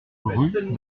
rue